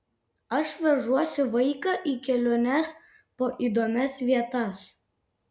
aš vežuosi vaiką į keliones po įdomias vietas